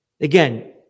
again